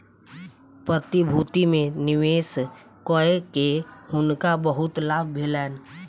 प्रतिभूति में निवेश कय के हुनका बहुत लाभ भेलैन